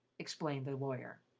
explained the lawyer.